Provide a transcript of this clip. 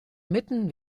mitten